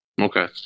Okay